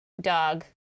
Dog